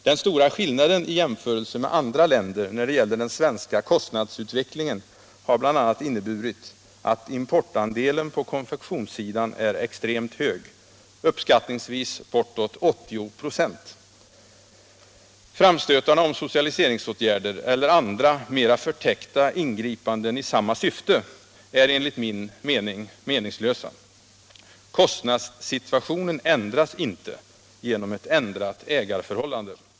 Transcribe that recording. Den stora skillnaden i jämförelse med andra länder när det gäller den svenska kostnadsutvecklingen har bl.a. inneburit att importandelen på konfektionssidan är extremt hög — uppskattningsvis bortåt 80 26! Framstötarna om socialiseringsåtgärder eller andra mera förtäckta ingripanden i samma syfte är enligt min åsikt meningslösa. Kostnadssituationen ändras inte genom ett ändrat ägarförhållande.